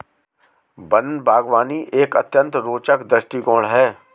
one बागवानी एक अत्यंत रोचक दृष्टिकोण है